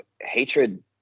hatred